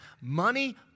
money